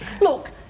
Look